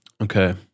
Okay